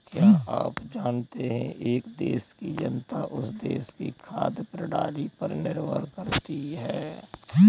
क्या आप जानते है एक देश की जनता उस देश की खाद्य प्रणाली पर निर्भर करती है?